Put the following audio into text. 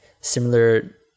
similar